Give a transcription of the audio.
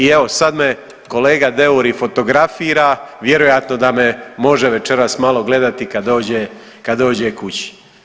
I evo sad me kolega Deur i fotografira vjerojatno da me može večeras malo gledati kad dođe kući.